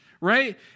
right